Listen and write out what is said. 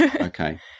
Okay